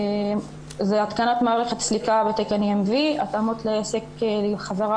זה התקנת מערכת סליקה בתקן EMV, התאמות לעסק לחזרה